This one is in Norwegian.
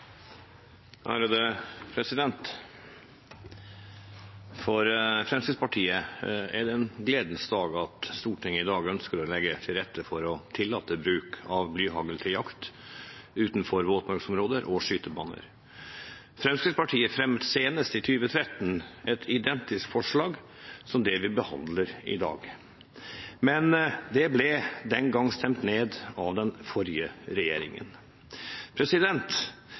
Stortinget i dag ønsker å legge til rette for å tillate bruk av blyhagl til jakt utenfor våtmarksområder og skytebaner. Fremskrittspartiet fremmet senest i 2013 et forslag identisk med det vi behandler i dag, men det ble den gang stemt ned med den forrige regjeringen.